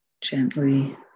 gently